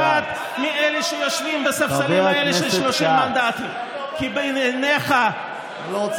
לתת את ההגה לנציג אחר של אותם 30 מנדטים שבשמם אתה מדבר.